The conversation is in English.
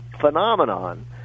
phenomenon